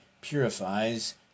purifies